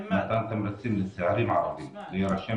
מתן תמריצים לצעירים ערבים להירשם